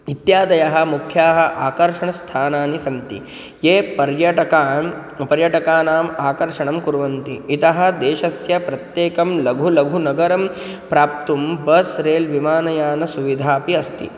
इत्यादीनि मुख्यानि आकर्षणस्थानानि सन्ति यानि पर्यटकान् पर्यटकानाम् आकर्षणं कुर्वन्ति अतः देशस्य प्रत्येकं लघु लघुनगरं प्राप्तुं बस् रेल् विमानयानसुविधा अपि अस्ति